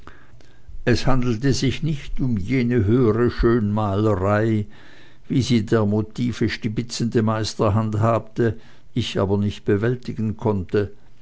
es handelte sich nicht um jene höhere schönmalerei wie sie der motive stibitzende meister handhabte ich aber nicht bewältigen konnte